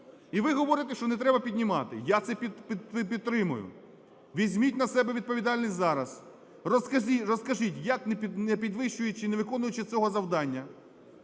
І ви говорите, що не треба піднімати. Я це підтримую. Візьміть на себе відповідальність зараз, розкажіть, як не підвищуючи, не виконуючи цього завдання,